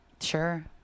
Sure